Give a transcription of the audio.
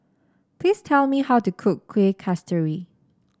please tell me how to cook Kuih Kasturi